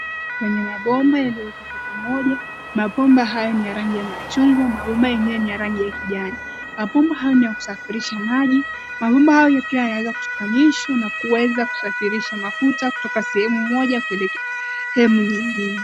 Kwenye mabomba yaliyowekwa kwa pamoja. Mabomba hayo ni ya rangi ya machungwa. Mabomba yenyewe ni rangi ya kijani. Mabomba hayo ni ya kusafirisha maji, mabomba hayo pia yanaweza kushikanishwa na kuweza kusafirisha mafuta kutoka sehemu moja kuelekea sehemu nyingine.